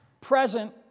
Present